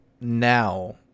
now